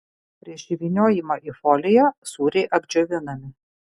prieš įvyniojimą į foliją sūriai apdžiovinami